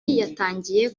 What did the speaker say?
yatangiye